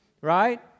right